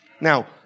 Now